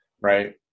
right